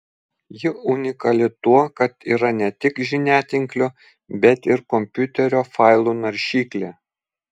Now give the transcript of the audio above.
ji unikali tuo kad yra ne tik žiniatinklio bet ir kompiuterio failų naršyklė